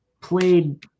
played –